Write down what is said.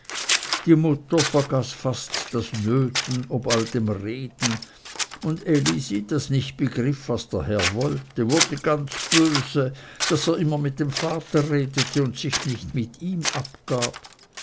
die mutter vergaß fast das nöten ob all dem reden und elisi das nicht begriff was der herr wollte wurde ganz böse daß er immer mit dem vater redete und sich nicht mit ihm abgab